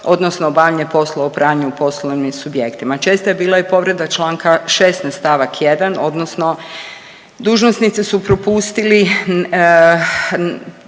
odnosno obavljanje poslova u upravljanju poslovnim subjektima. Česta je bila i povreda Članka 16. stavak 1. odnosno dužnosnici su propustili